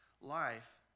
life